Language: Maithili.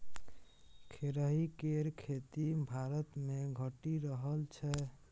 खेरही केर खेती भारतमे घटि रहल छै